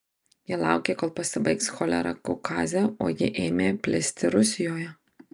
jie laukė kol pasibaigs cholera kaukaze o ji ėmė plisti rusijoje